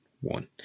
one